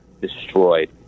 destroyed